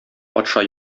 патша